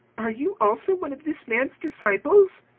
are you also one of this man's disciples?